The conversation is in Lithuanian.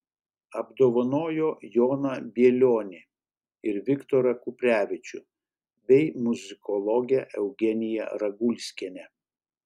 apdovanojo joną bielionį ir viktorą kuprevičių bei muzikologę eugeniją ragulskienę